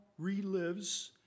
relives